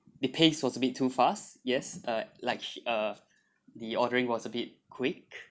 the pace was a bit too fast yes uh like uh the ordering was a bit quick